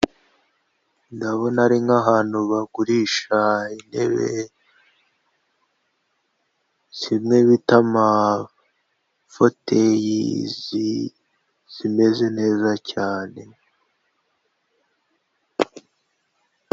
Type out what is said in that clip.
Ndabona ari nk'ahantu bagurisha intebe, zimwe bita amafoteyizi zimeze neza cyane.